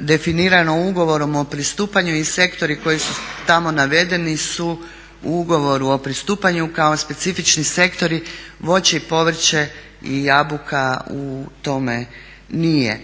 definirano ugovorom o pristupanju i sektori koji su tamo navedeni su u ugovoru o pristupanju kao specifični sektori voće i povrće i jabuka u tome nije.